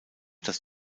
das